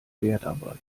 wertarbeit